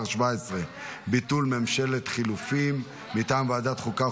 17) (ביטול ממשלת החילופים) מטעם ועדת החוקה,